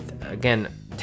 Again